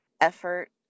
effort